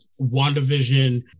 WandaVision